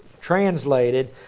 translated